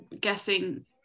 guessing